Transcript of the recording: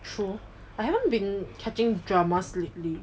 true I haven't been catching dramas lately